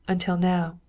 until now,